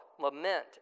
lament